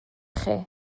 chi